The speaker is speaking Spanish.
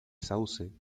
sauce